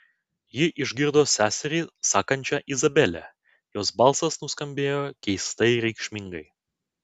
ji išgirdo seserį sakančią izabele jos balsas nuskambėjo keistai reikšmingai